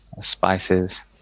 spices